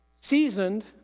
seasoned